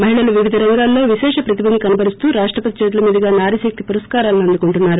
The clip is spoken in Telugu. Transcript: మహిళలు వివిధ రంగాల్లో విశేష ప్రతిభను కనబరుస్తూ రాష్టపతి చేతులోమీదుగా నారీశక్తి పురస్కారాలను అందుకుంటున్నారు